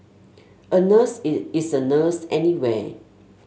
a nurse is a nurse anywhere